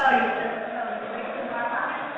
ah you set the tone. you've raised the bar high.